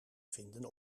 vinden